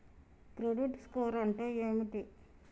Credit score అంటే ఏమిటి?